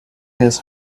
his